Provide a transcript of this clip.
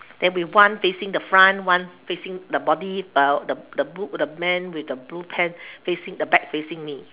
then with one facing the front one facing the body uh the the the blue the man with the blue pants facing the back facing me